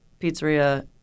pizzeria